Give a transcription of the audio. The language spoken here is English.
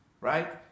right